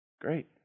Great